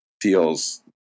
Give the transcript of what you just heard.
feels